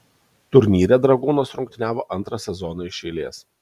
turnyre dragūnas rungtyniavo antrą sezoną iš eilės